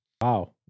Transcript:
wow